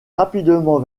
rapidement